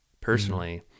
personally